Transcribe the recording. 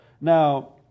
Now